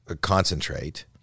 concentrate